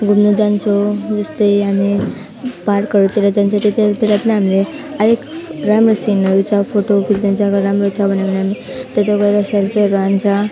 घुम्न जान्छौँ जस्तै हामी पार्कहरूतिर जान्छ त्यता त्यतातिर पनि हामीले अलिक राम्रो सिनारी छ फोटो खिच्ने जग्गा राम्रो छ भन्यो भने हामीले त्यता गएर सेल्फीहरू हान्छ